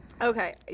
Okay